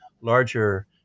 larger